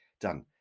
done